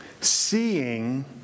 seeing